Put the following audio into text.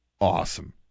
Awesome